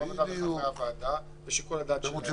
הוועדה ושל חברי הוועדה ובשיקול הדעת שלהם --- בדיוק.